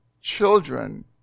children